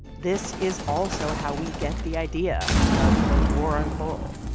this is also how we get the idea of the war on coal,